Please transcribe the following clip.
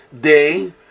day